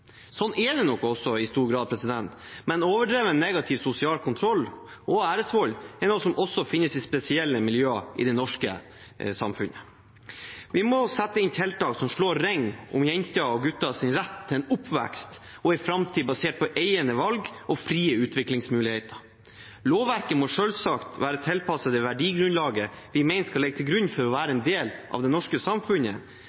Sånn er det nok også i stor grad, men overdreven negativ sosial kontroll og æresvold er noe som også finnes i spesielle miljøer i det norske samfunnet. Vi må sette inn tiltak som slår ring om jenters og gutters rett til en oppvekst og en framtid basert på egne valg og frie utviklingsmuligheter. Lovverket må selvsagt være tilpasset det verdigrunnlaget vi mener skal ligge til grunn for å være